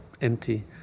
empty